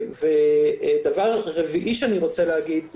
דבר רביעי שאני רוצה להגיד,